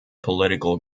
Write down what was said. political